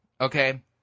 okay